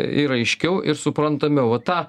ir aiškiau ir suprantamiau va tą